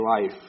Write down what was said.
life